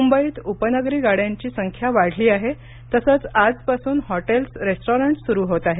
मुंबईत उपनगरी गाड्यांची संख्या वाढली आहे तसंच आजपासून हॉटेल्स रेस्टॉरंटस सुरु होत आहेत